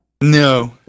no